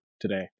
today